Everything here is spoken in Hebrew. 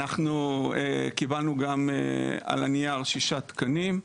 קיבלנו על הנייר שישה תקנים,